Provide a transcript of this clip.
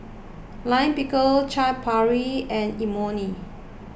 Lime Pickle Chaat Papri and Imoni